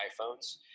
iPhones